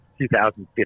2015